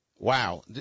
Wow